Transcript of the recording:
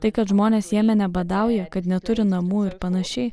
tai kad žmonės jemene badauja kad neturi namų ir panašiai